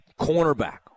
cornerback